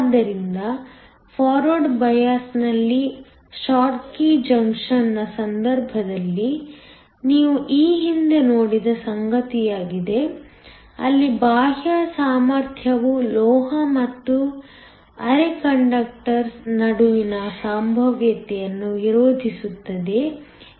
ಆದ್ದರಿಂದ ಫಾರ್ವರ್ಡ್ ಬಯಾಸ್ನಲ್ಲಿ ಶೋಟ್ಕಿ ಜಂಕ್ಷನ್ನ ಸಂದರ್ಭದಲ್ಲಿ ನೀವು ಈ ಹಿಂದೆ ನೋಡಿದ ಸಂಗತಿಯಾಗಿದೆ ಅಲ್ಲಿ ಬಾಹ್ಯ ಸಾಮರ್ಥ್ಯವು ಲೋಹ ಮತ್ತು ಅರೆ ಕಂಡಕ್ಟರ್ ನಡುವಿನ ಸಂಭಾವ್ಯತೆಯನ್ನು ವಿರೋಧಿಸುತ್ತದೆ ಎಂದು ನಾವು ನೋಡಿದ್ದೇವೆ